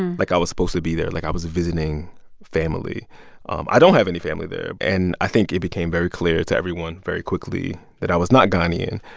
and like i was supposed to be there, like i was visiting family um i don't have any family there, and i think it became very clear to everyone very quickly that i was not ghanaian.